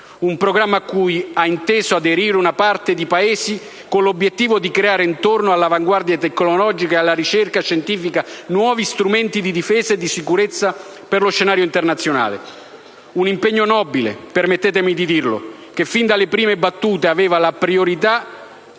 un programma a cui ha inteso aderire un *parterre* di Paesi con l'obiettivo di creare intorno all'avanguardia tecnologica e alla ricerca scientifica nuovi strumenti di difesa e di sicurezza per lo scenario internazionale. Un impegno nobile - permettetemi di dirlo - che fin dalle prime battute aveva la priorità